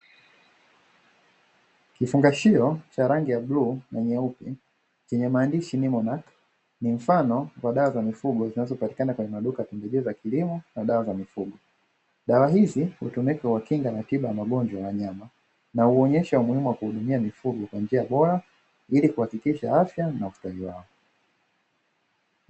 Kifungashio cha rangi ya bluu na nyeupe chenye maandishi “Nimonac”ni mfano wa dawa za mifugo zinazopatikana kwenye maduka ya pembejeo za kilimo na dawa za mifugo. Dawa hizi hutumika kwa kinga na tiba ya magonjwa ya wanyama na uonyesha umuhimu wa kuudumia mifugo kwa njia bora ili kuhakikisha afya na ustawi wao.